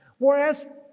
whereas,